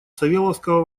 савеловского